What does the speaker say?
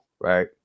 right